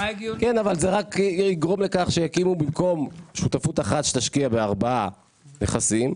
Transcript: כן אבל זה רק יגרום לכך שיקימו במקום שותפות אחת שתשקיע בארבעה נכסים,